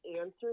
answer